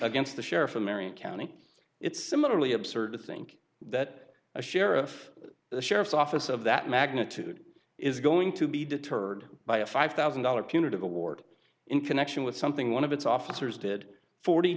against the sheriff in marion county it's similarly absurd to think that a sheriff the sheriff's office of that magnitude is going to be deterred by a five thousand dollars punitive award in connection with something one of its officers did forty